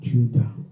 Judah